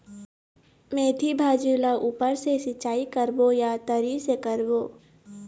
मेंथी भाजी ला ऊपर से सिचाई करबो या तरी से करबो?